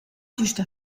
güsta